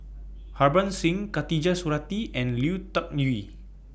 Harbans Singh Khatijah Surattee and Lui Tuck Yew